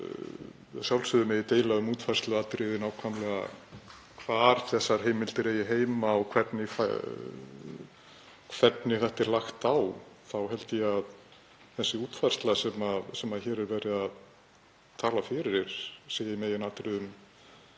sjálfsögðu megi deila um útfærsluatriði, nákvæmlega hvar þessar heimildir eigi heima og hvernig þetta er lagt á, þá held ég að sú útfærsla sem hér er verið að tala fyrir sé í meginatriðum